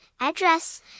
address